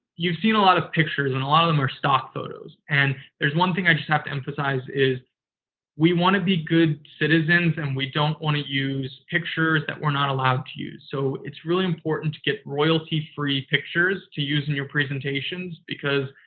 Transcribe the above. you've seen a lot of pictures, and a lot of them are stock photos. and there's one thing i just have to emphasize, is we want to be good citizens and we don't want to use pictures that we're not allowed to use. so, it's really important to get royalty-free pictures to use in your presentations because